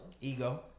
Ego